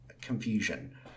Confusion